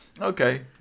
Okay